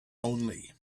only